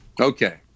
Okay